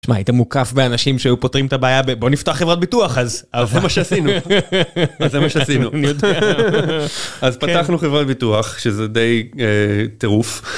שמע היית מוקף באנשים שהיו פותרים את הבעיה בוא נפתח חברת ביטוח אז זה מה שעשינו אז פתחנו חברת ביטוח שזה די טירוף.